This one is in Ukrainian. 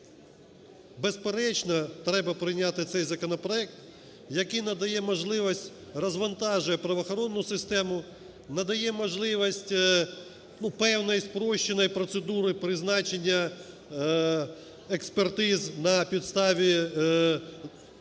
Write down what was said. безперечно, треба прийняти цей законопроект, який надає можливість... розвантажує правоохоронну систему, надає можливість, ну, певної спрощеної процедури призначення експертиз на підставі подання